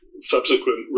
subsequent